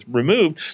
removed